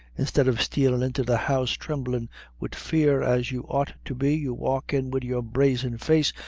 instead of stealin' into the house thremblin' wid fear, as you ought to be, you walk in wid your brazen face,